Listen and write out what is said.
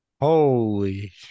Holy